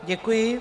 Děkuji.